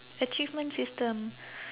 achievement system